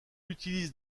utilise